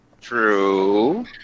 True